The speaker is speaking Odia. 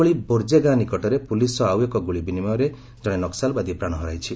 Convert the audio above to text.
ସେହିଭଳି ବୋର୍ଜେ ଗାଁ ନିକଟରେ ପୁଲିସ୍ ସହ ଆଉ ଏକ ଗୁଳି ବିନିମୟରେ ଜଣେ ନକ୍କଲବାଦୀ ପ୍ରାଣ ହରାଇଛି